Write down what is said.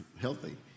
healthy